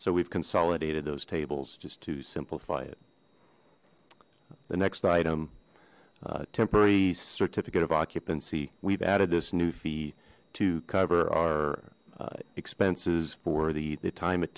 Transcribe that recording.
so we've consolidated those tables just to simplify it the next item temporary certificate of occupancy we've added this new fee to cover our expenses for the the time it